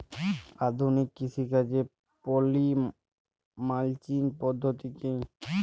আধুনিক কৃষিকাজে poly mulching পদ্ধতি কি?